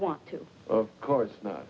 want to of course not